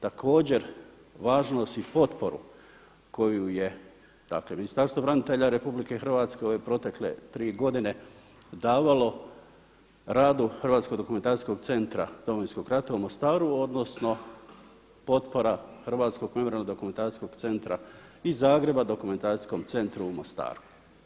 Također važnost i potporu koju je dakle Ministarstvo branitelja Republike Hrvatske ove protekle tri godine davalo radu Hrvatskog dokumentacijskog centra Domovinskog rata u Mostaru, odnosno potpora Hrvatskog memorijalno-dokumentacijskog centra iz Zagreba dokumentacijskom centru u Mostaru.